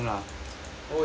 oh there's a guy